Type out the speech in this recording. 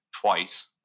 twice